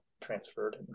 transferred